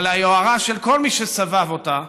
אבל היוהרה של כל מי שסבב אותה